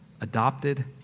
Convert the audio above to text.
Adopted